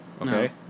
okay